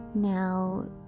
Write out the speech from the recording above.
Now